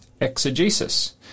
exegesis